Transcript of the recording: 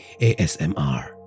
ASMR